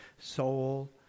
soul